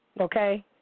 Okay